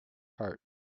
heart